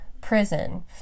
prison